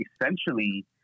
essentially